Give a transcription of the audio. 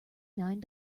nine